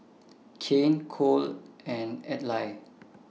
Kanye Cole and Adlai